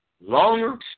longer